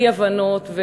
אי-הבנות ו,